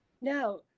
Now